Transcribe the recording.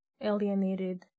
alienated